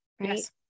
Yes